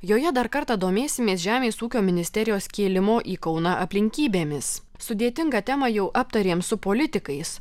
joje dar kartą domėsimės žemės ūkio ministerijos kėlimo į kauną aplinkybėmis sudėtingą temą jau aptarėm su politikais